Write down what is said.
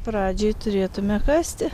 pradžiai turėtume kasti